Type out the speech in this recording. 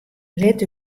lit